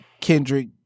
Kendrick